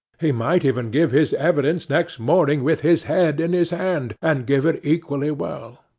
he might even give his evidence next morning with his head in his hand, and give it equally well.